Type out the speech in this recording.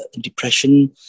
depression